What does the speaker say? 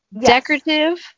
decorative